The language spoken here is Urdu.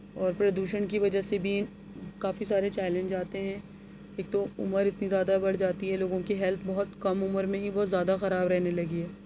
اور پردوشن کی وجہ سے بھی کافی سارے چائلنج آتے ہیں ایک تو عمر اتنی زیادہ بڑھ جاتی ہے لوگوں کی ہیلتھ بہت کم عمر میں ہی بہت زیادہ خراب رہنے لگی ہے